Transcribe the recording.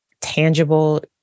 tangible